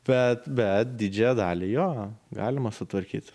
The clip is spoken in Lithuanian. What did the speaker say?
bet bet didžiąją dalį jo galima sutvarkyti